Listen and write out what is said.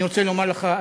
אני רוצה לומר לך,